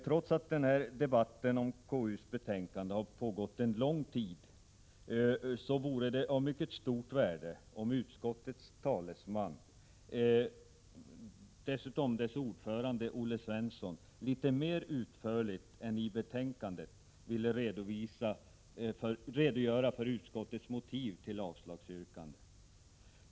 Trots att den här debatten om konstitutionsutskottets betänkande har pågått länge vore det av mycket stort värde, om utskottets talesman Olle Svensson, som dessutom är dess ordförande, litet mer utförligt än i betänkandet ville redogöra för utskottets motiv till avslagsyrkandet.